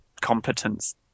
competence